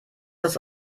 das